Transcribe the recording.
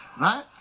right